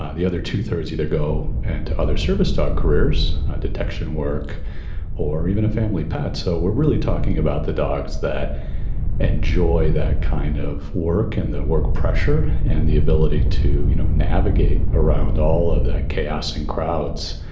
ah the other two thirds either go and to other service dog careers detection work or even a family pet. so we're really talking about the dogs that enjoy that kind of work and that work pressure and the ability to you know navigate around all of that chaos in crowds.